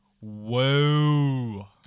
Whoa